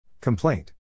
Complaint